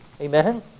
Amen